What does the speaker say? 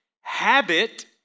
Habit